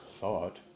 thought